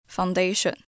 Foundation